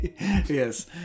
Yes